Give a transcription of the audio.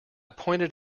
pointed